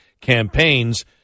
campaigns